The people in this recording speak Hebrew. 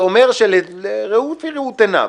שאומר שלפי ראות עיניו